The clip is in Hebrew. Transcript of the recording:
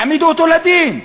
תעמידו אותו לדין.